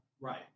Right